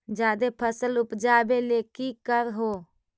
जादे फसल उपजाबे ले की कर हो?